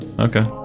okay